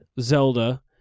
Zelda